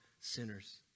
sinners